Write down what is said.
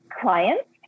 clients